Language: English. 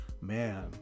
man